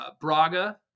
Braga